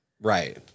right